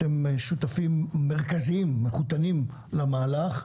אתם שותפים מרכזיים, מחותנים למהלך.